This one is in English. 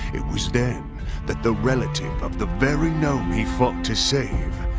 it was then that the relative of the very gnome he fought to save,